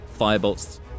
firebolts